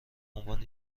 عنوان